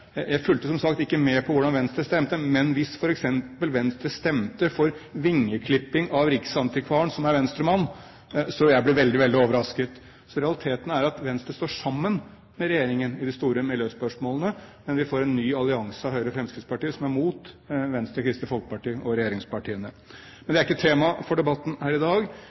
Jeg fulgte som sagt ikke med på hvordan Venstre stemte, men hvis Venstre stemte for vingeklipping av riksantikvaren, som er Venstre-mann, vil jeg bli veldig overrasket. Realiteten er at Venstre står sammen med regjeringspartiene i de store miljøspørsmålene, men vi får en ny allianse av Høyre og Fremskrittspartiet som er mot Venstre, Kristelig Folkeparti og regjeringspartiene. Dette er ikke temaet for debatten her i dag.